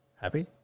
Happy